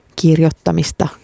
kirjoittamista